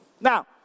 Now